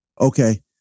okay